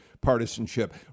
partisanship